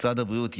משרד הבריאות,